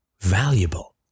valuable